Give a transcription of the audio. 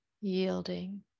Yielding